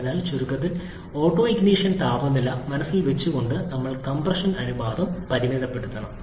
അതിനാൽ ചുരുക്കത്തിൽ ഓട്ടൊണിഷൻ താപനില മനസ്സിൽ വച്ചുകൊണ്ട് ഞങ്ങൾ കംപ്രഷൻ അനുപാതം പരിമിതപ്പെടുത്തണം